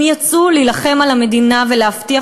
הם יצאו להילחם על המדינה ולהבטיח